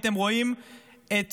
הייתם רואים את